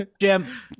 Jim